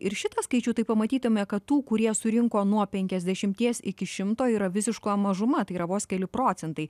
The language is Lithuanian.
ir šitą skaičių tai pamatytume kad tų kurie surinko nuo penkiasdešimties iki šimto yra visiška mažuma tai yra vos keli procentai